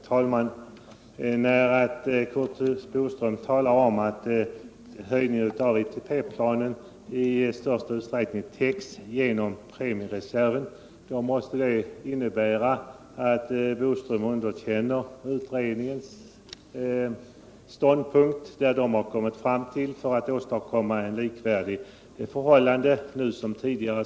Herr talman! När Curt Boström talar om att höjningen av beloppen i ITP planen i största utsträckning täcks genom premiereserven måste det innebära att herr Boström underkänner utredningens ståndpunkt, som innebär att det behövs en S-procentig höjning, för att man skall åstadkomma likvärdiga förhållanden mot tidigare.